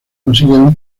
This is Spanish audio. consiguieron